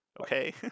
okay